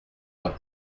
roi